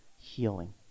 healing